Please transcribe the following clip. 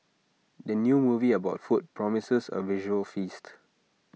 the new movie about food promises A visual feast